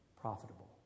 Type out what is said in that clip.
profitable